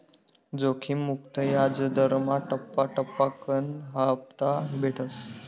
जोखिम मुक्त याजदरमा टप्पा टप्पाकन हापता भेटस